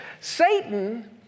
Satan